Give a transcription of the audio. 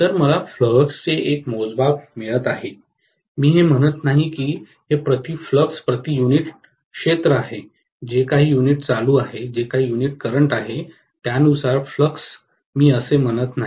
तर मला फ्लक्सचे एक मोजमाप मिळत आहे मी हे म्हणत नाही की हे प्रति फ्लक्स प्रति युनिट क्षेत्र आहे जे काही युनिट चालू आहे त्यानुसार फ्लक्स मी असे म्हणत नाही